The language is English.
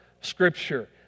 Scripture